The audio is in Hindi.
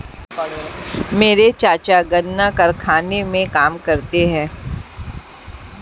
मेरे चाचा गन्ना कारखाने में काम करते हैं